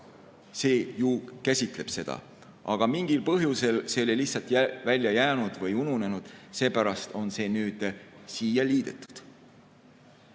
see ju käsitleb seda, aga mingil põhjusel see oli lihtsalt välja jäänud või ununenud, seepärast on see nüüd siia liidetud.